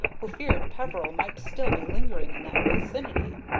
who feared peveril might still be lingering in that vicinity.